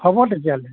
হ'ব তেতিয়াহ'লে